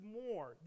more